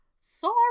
sorry